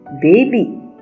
Baby